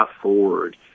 forward